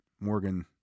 Morgan